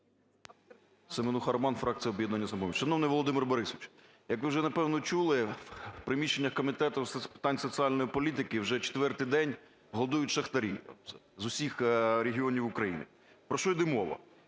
СеменухаРоман, фракція "Об'єднання "Самопоміч". Шановний Володимире Борисовичу, як ви вже, напевно, чули, в приміщеннях Комітету з питань соціальної політики вже четвертий день голодують шахтарі з усіх регіонів України. Про що йде мова?